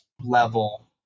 level